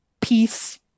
peace